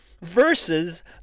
versus